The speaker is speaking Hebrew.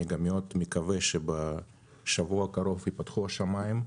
אני גם מאוד מקווה שבשבוע הקרוב יפתחו השמיים.